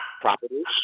properties